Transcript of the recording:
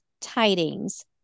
Tidings